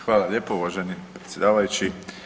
Hvala lijepo uvaženi predsjedavajući.